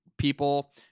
people